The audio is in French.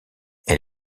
elle